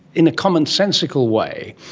in a commonsensical way,